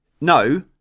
no